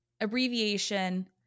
abbreviation